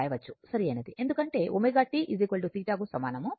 ఎందుకంటే ω t θ కు సమానం